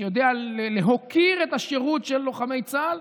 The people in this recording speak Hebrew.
שיודע להוקיר את השירות של לוחמי צה"ל.